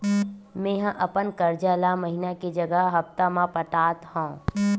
मेंहा अपन कर्जा ला महीना के जगह हप्ता मा पटात हव